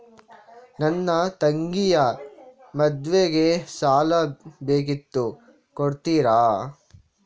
ನನ್ನ ತಂಗಿಯ ಮದ್ವೆಗೆ ಸಾಲ ಬೇಕಿತ್ತು ಕೊಡ್ತೀರಾ?